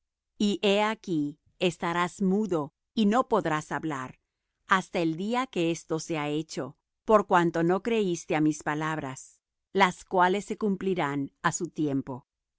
y he aquí estarás mudo y no podrás hablar hasta el día que esto sea hecho por cuanto no creíste á mis palabras las cuales se cumplirán á su tiempo